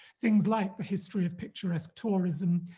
things like the history of picturesque tourism,